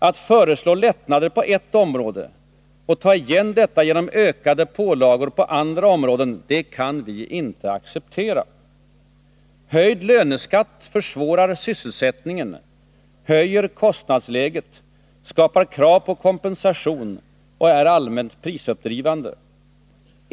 —-—-- Att föreslå lättnader på ett område och ta igen detta genom ökade pålagor på andra områden kan vi inte acceptera.” Man skrev också: ”Höjd löneskatt försvårar sysselsättningen, höjer kostnadsläget, skapar krav på kompensation och är allmänt prisuppdrivande.